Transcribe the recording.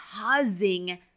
causing